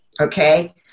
okay